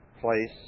place